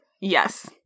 yes